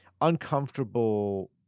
uncomfortable